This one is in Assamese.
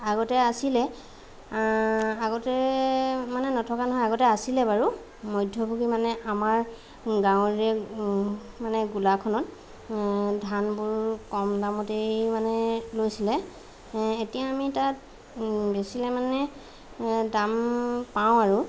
আগতে আছিলে আগতে মানে নথকা নহয় আগতে আছিলে বাৰু মধ্যভোগী মানে আমাৰ গাঁৱৰে মানে গোলাখনত ধানবোৰ কম দামতেই মানে লৈছিলে এ এতিয়া আমি তাত বেচিলে মানে এ দাম পাওঁ আৰু